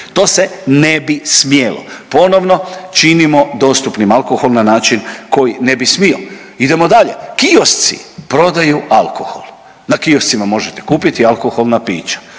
To se ne bi smjelo, ponovno činimo dostupnim alkohol na način koji ne bi smio. Idemo dalje, kiosci prodaju alkohol, na kioscima možete kupiti alkoholna pića.